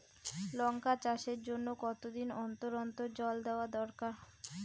লঙ্কা চাষের জন্যে কতদিন অন্তর অন্তর জল দেওয়া দরকার?